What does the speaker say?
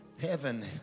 heaven